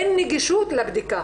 אין נגישות לבדיקה,